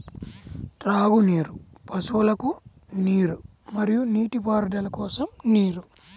త్రాగునీరు, పశువులకు నీరు మరియు నీటిపారుదల కోసం నీరు